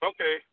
Okay